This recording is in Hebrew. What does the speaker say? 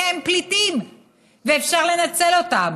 כי הם פליטים ואפשר לנצל אותם,